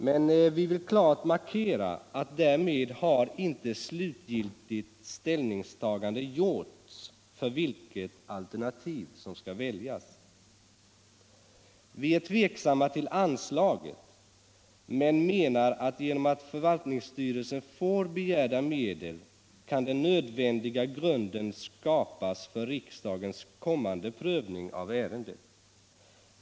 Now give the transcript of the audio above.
men vi vill klart markera att något slutgiltigt ställningstagande därmed inte har gjorts för vilket alternativ som skall väljus. Vi är tveksamma till anslaget men menar att genom att förvaltningsstyrelsen får begärda medel kan den nödvändiga grunden skapas för riksdagens kommande prövning av ärendet.